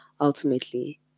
ultimately